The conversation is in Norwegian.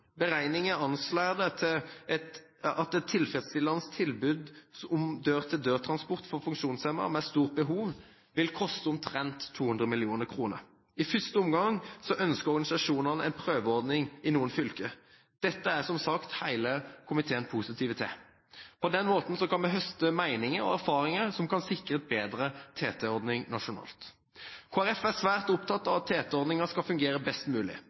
Beregninger anslår at et tilfredsstillende tilbud om dør-til-dør-transport for funksjonshemmede med stort behov vil koste omtrent 200 mill. kr. I første omgang ønsker organisasjonene en prøveordning i noen fylker. Dette er som sagt hele komiteen positiv til. På den måten kan vi høste meninger og erfaringer som kan sikre en bedre TT-ordning nasjonalt. Kristelig Folkeparti er svært opptatt av at TT-ordningen skal fungere best mulig.